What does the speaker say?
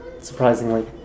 surprisingly